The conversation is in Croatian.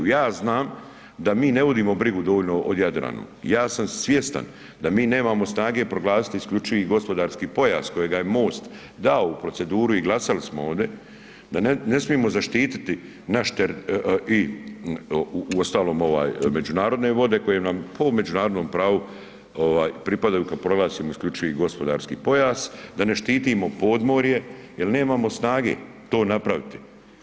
Ja znam da mi ne vodimo brigu dovoljno o Jadranu, ja sam svjestan da mi nemamo snage proglasiti isključivi gospodarski pojas kojega je MOST dao u proceduru i glasali smo ovdje da ne smijemo zaštiti naš i uostalom ovaj međunarodne vode koje nam po međunarodnom pravu ovaj pripadaju kad proglasimo isključivi gospodarski pojas, da ne štitimo podmorje jer nemamo snage to napraviti.